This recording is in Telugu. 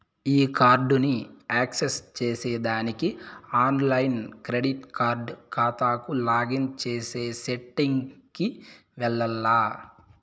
ఈ కార్డుని యాక్సెస్ చేసేదానికి ఆన్లైన్ క్రెడిట్ కార్డు కాతాకు లాగిన్ చేసే సెట్టింగ్ కి వెల్లాల్ల